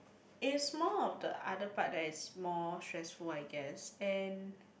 is more of the other part that is more stressful I guess and